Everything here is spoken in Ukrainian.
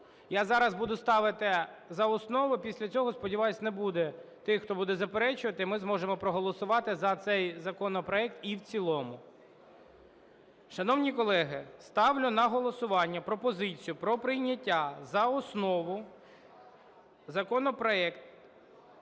Я зараз буду ставити за основу. Після цього сподіваюсь не буде тих, хто буде заперечувати і ми зможемо проголосувати за цей законопроект і в цілому. Шановні колеги, ставлю на голосування пропозицію про прийняття за основу законопроект